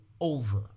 over